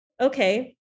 okay